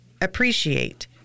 appreciate